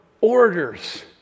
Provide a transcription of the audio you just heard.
orders